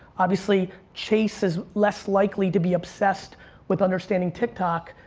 obviously, chase is less likely to be obsessed with understanding tiktok,